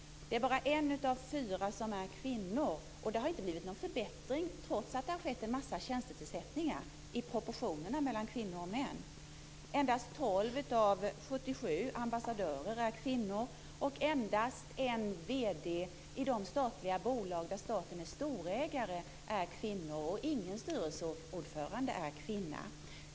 Det är bara en av fyra som är kvinnor. Det har inte heller blivit någon förbättring, trots att det har skett en massa tjänstetillsättningar, i proportionerna mellan kvinnor och män. Endast 12 av 77 ambassadörer är kvinnor, och endast en vd i de bolag där staten är storägare är kvinnor. Ingen styrelseordförande är kvinna.